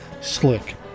Slick